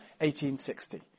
1860